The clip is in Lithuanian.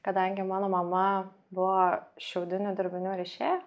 kadangi mano mama buvo šiaudinių dirbinių rišėja